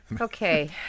Okay